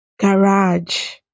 garage